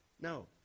No